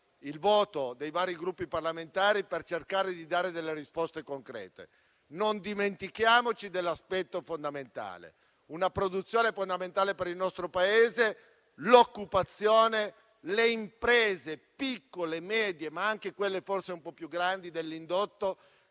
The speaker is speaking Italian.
il voto dei vari Gruppi parlamentari, per cercare di dare delle risposte concrete. Non dimentichiamoci dell'aspetto fondamentale: una produzione fondamentale per il nostro Paese, l'occupazione, le imprese piccole e medie, ma anche quelle un po' più grandi dell'indotto